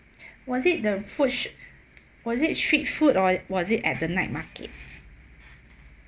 was it the food was it street food or was it at the night market